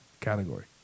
category